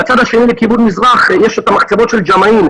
בצד השני מכיוון מזרח יש את המחצבות של ג'מעין,